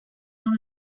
dans